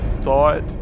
thought